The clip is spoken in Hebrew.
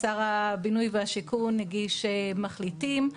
שר הבינוי והשיכון הגיש מחליטים.